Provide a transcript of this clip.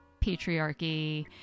patriarchy